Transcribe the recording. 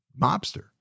mobster